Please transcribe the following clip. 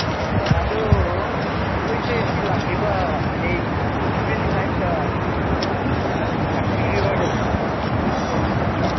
ꯑꯣ ꯑꯣ ꯑꯣ ꯑꯗꯨ ꯑꯩꯈꯣꯏꯁꯦ ꯁꯤ ꯂꯥꯛꯂꯤꯕ ꯗꯦꯗ ꯇ꯭ꯋꯦꯟꯇꯤ ꯐꯥꯏꯕꯇ ꯆꯥꯛꯄꯤ ꯔꯤꯕꯔꯗ ꯄꯤꯛꯅꯤꯛ ꯑꯣꯏꯅ ꯆꯠꯁꯤꯔꯥ